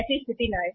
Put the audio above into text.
ऐसी स्थिति न आए